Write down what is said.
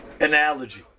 analogy